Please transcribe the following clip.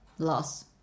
Loss